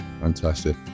fantastic